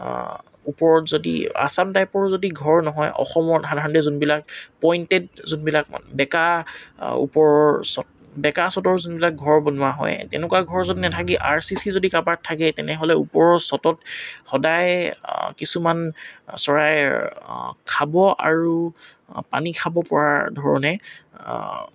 ওপৰত যদি আসাম টাইপৰ যদি ঘৰ নহয় অসমত সাধাৰণতে যোনবিলাক পইণ্টেড যোনবিলাক বেঁকা ওপৰৰ চট বেঁকা চটত যোনবিলাক ঘৰ বনোৱা হয় তেনেকুৱা ঘৰ য'ত নাথাকি আৰ চি চি ঘৰ যদি কাৰোবাৰ থাকে তেনেহ'লে ওপৰৰ চটত সদায় কিছুমান চৰাই খাব আৰু পানী খাব পৰাৰ ধৰণে